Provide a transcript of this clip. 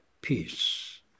peace